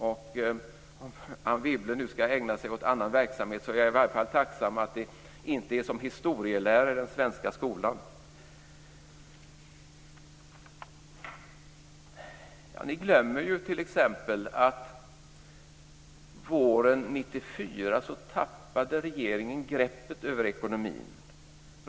När nu Anne Wibble skall ägna sig åt annan verksamhet är jag i varje fall tacksam över att det inte är som historielärare i den svenska skolan. Ni glömmer t.ex. att regeringen våren 1994 tappade greppet om ekonomin.